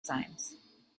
science